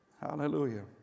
Hallelujah